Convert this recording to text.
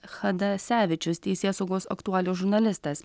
chadasevičius teisėsaugos aktualijų žurnalistas